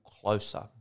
closer